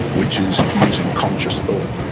which is using conscious thought.